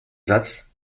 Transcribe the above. satz